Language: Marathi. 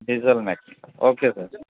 diesel mechanical okay sir